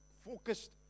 Focused